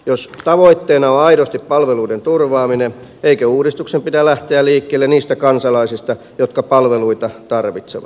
jos tavoitteena on aidosti palveluiden turvaaminen eikö uudistuksen pidä lähteä liikkeelle niistä kansalaisista jotka palveluita tarvitsevat